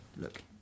look